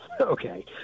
okay